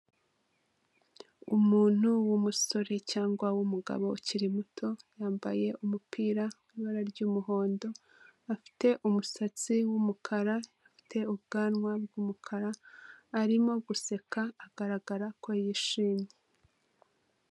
Umuntu w'umusore cyangwa umugabo ukiri muto wambaye umupira, ibara ry'umuhondo afite umusatsi w'umukara, afite ubwanwa bw'umukara arimo guseka agaragara ko yishimye.